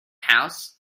house